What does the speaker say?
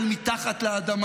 תודה.